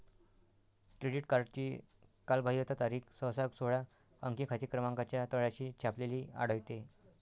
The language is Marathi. क्रेडिट कार्डची कालबाह्यता तारीख सहसा सोळा अंकी खाते क्रमांकाच्या तळाशी छापलेली आढळते